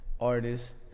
artist